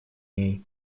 ней